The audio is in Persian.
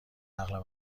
نقل